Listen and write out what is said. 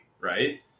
right